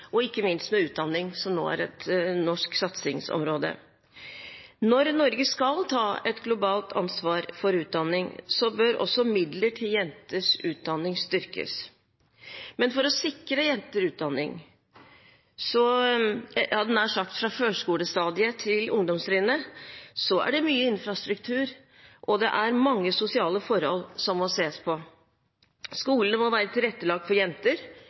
og ikke minst utdanning, som nå er et norsk satsingsområde. Når Norge skal ta et globalt ansvar for utdanning, bør også midler til jenters utdanning styrkes. Men for å sikre jenter utdanning, jeg hadde nær sagt fra førskolestadiet til ungdomstrinnet, er det mye infrastruktur og mange sosiale forhold som må sees på. Skolene må være tilrettelagt for jenter.